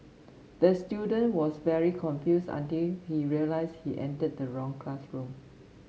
the student was very confused until he realised he entered the wrong classroom